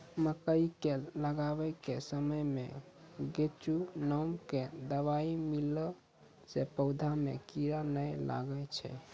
मकई के लगाबै के समय मे गोचु नाम के दवाई मिलैला से पौधा मे कीड़ा नैय लागै छै?